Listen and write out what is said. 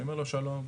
אני אומר לו: שלום,